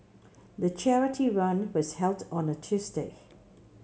the charity run was held on a Tuesday